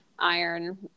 Iron